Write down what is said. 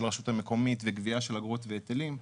הרשות המקומית לגבייה של אגרות והיטלים.